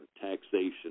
taxation